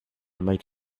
might